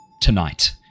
tonight